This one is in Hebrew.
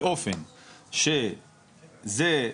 באופן שזה,